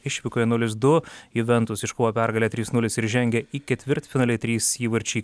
išvykoje nulis du juventus iškovojo pergalę trys nulis ir žengė į ketvirtfinalį trys įvarčiai